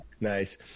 Nice